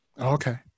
Okay